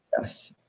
Yes